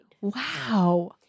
Wow